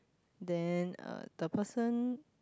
then uh the person